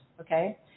okay